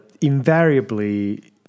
invariably